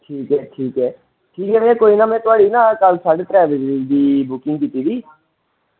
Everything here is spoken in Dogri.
ठीक ऐ ठीक ऐ ठीक ऐ कोई ना ते में ना थुआढ़ी साढ़े त्रै बजे दी बुकिंग कीती दी